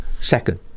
second